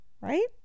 Right